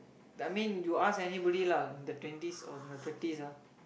I mean you ask anybody lah in the twenties or in the thirties ah